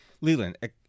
Leland